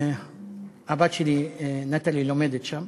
הבת שלי נטלי לומדת שם,